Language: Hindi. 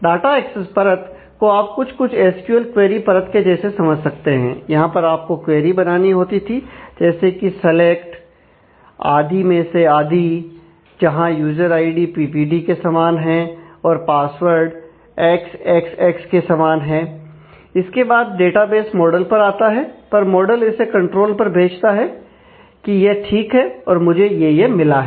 डाटा एक्सेस परत को आप कुछ कुछ एसक्यूएल क्वेरी परत के जैसे समझ सकते है यहां पर आपको क्वेरी बनानी होती थी जैसे कि सेलेक्ट इसके बाद डाटाबेस मॉडल पर आता है पर मॉडल इसे कंट्रोल पर भेजता है कि यह ठीक है और मुझे यह यह मिला है